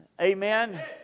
Amen